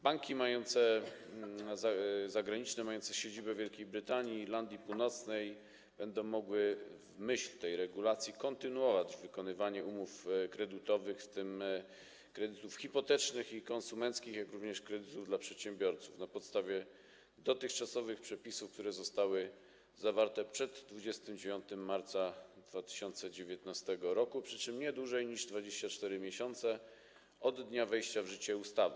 Banki zagraniczne mające siedziby w Wielkiej Brytanii i Irlandii Północnej będą mogły w myśl tej regulacji kontynuować wykonywanie umów kredytowych, w tym kredytów hipotecznych i konsumenckich, jak również kredytów dla przedsiębiorców na podstawie dotychczasowych przepisów, które zostały zawarte przed 29 marca 2019 r., przy czym nie dłużej niż 24 miesiące od dnia wejścia w życie ustawy.